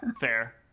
Fair